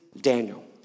Daniel